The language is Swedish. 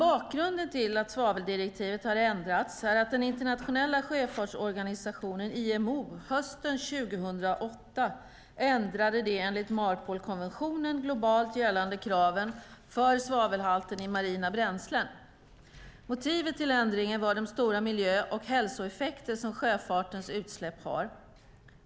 Bakgrunden till att svaveldirektivet har ändrats är att Internationella sjöfartsorganisationen, IMO, hösten 2008 ändrade de enligt Marpolkonventionen globalt gällande kraven för svavelhalt i marina bränslen. Motivet till ändringen var de stora miljö och hälsoeffekter som sjöfartens utsläpp har.